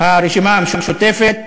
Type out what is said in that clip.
הרשימה המשותפת